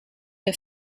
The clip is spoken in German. der